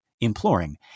imploring